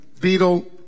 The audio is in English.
Beetle